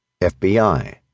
FBI